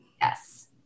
Yes